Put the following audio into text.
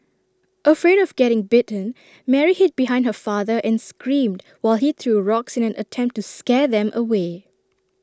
afraid of getting bitten Mary hid behind her father and screamed while he threw rocks in an attempt to scare them away